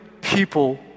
people